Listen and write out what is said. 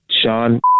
Sean